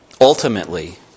ultimately